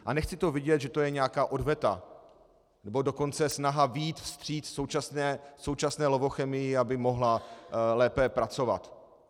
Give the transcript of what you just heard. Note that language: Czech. A nechci to vidět, že to je nějaká odveta, nebo dokonce snaha vyjít vstříc současné Lovochemii, aby mohla lépe pracovat.